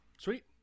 sweet